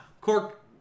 Cork